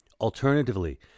Alternatively